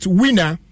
winner